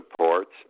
supports